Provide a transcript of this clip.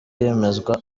yemezwa